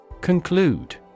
Conclude